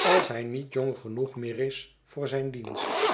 als hij niet jong genoeg meer is voor zijn dienst